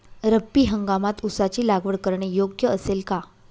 रब्बी हंगामात ऊसाची लागवड करणे योग्य असेल का?